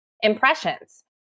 impressions